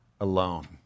alone